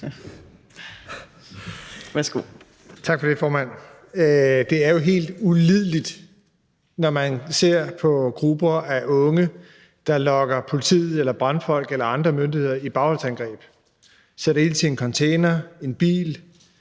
(S): Tak for det, formand. Det er jo helt ulideligt at skulle se på, at grupper af unge lokker politi eller brandfolk eller andre myndigheder i bagholdsangreb og sætter ild til en container, en bil.